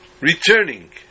Returning